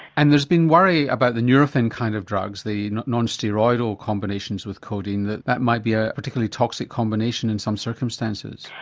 and there has been worry about the nurofen kind of drugs, the non-steroidal combinations with codeine that that might be a particularly toxic combination in some circumstances.